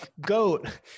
GOAT